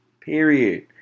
Period